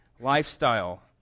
lifestyle